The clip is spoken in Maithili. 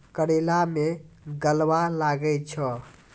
करेला मैं गलवा लागे छ?